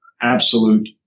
absolute